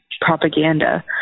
propaganda